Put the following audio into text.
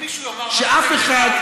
שאף אחד,